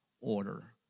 order